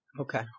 Okay